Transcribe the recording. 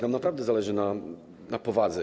Nam naprawdę zależy na powadze.